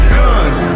guns